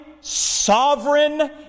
sovereign